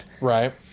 right